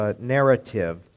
narrative